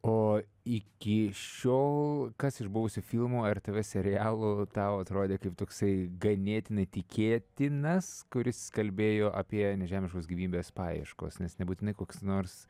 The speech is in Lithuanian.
o iki šiol kas iš buvusių filmų ar tv serialų tau atrodė kaip toksai ganėtinai tikėtinas kuris kalbėjo apie nežemiškos gyvybės paieškos nes nebūtinai koks nors